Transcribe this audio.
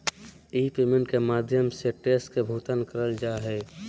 ई payment के माध्यम से टैक्स के भुगतान करल जा हय